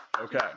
Okay